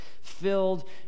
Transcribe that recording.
filled